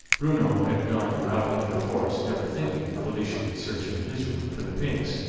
bruno had gone out into the forest, never thinking that felicia would search in his room for the pinks,